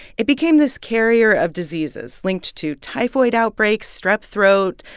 it became this carrier of diseases, linked to typhoid outbreaks, strep throat,